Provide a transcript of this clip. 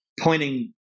pointing